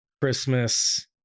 Christmas